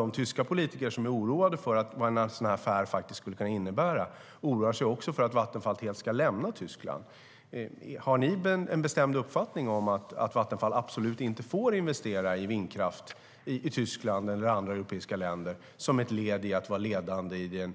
Många tyska politiker som är oroade för vad en sådan affär faktiskt skulle kunna innebära oroar sig också för att Vattenfall helt ska lämna Tyskland. Har ni en bestämd uppfattning om att Vattenfall absolut inte får investera i vindkraft i Tyskland eller i andra europeiska länder som ett led i att vara ledande i